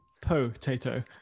Po-Tato